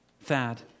Thad